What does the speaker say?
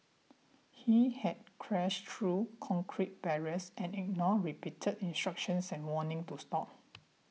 he had crashed through concrete barriers and ignored repeated instructions and warning to stop